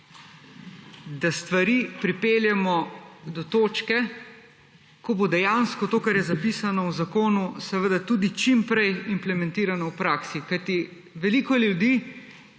da stvari pripeljemo do točke, ko bo dejansko to, kar je zapisano v zakonu, tudi čim prej implementirano v praksi. Kajti, veliko ljudi,